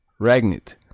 Ragnit